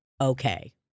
Okay